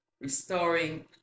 Restoring